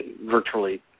virtually